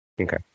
Okay